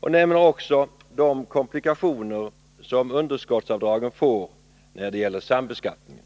och nämner också de komplikationer som underskottsavdragen får när det gäller sambeskattningen.